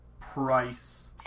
Price